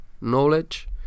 knowledge